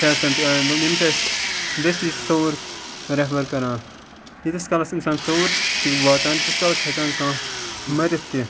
facility available یِم چھِ اَسہِ دٔستی سوٚوُر رٮ۪فَر کَران ییٖتِس کالَس اِنسان سوٚوُر چھِ واتان تیٖتِس کالَس چھِ ہٮ۪کان کانٛہہ مٔرِتھ تہِ